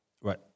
Right